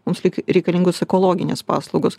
mums lyg reikalingos ekologinės paslaugos